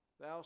thou